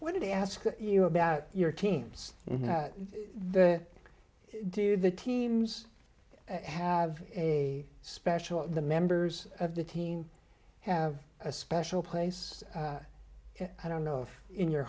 what did they ask you about your teams and the do the teams have a special the members of the team have a special place i don't know if in your